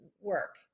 work